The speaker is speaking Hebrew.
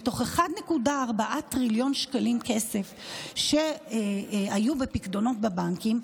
מתוך 1.4 טריליון שקלים כסף שהיו בפיקדונות בבנקים,